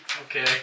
Okay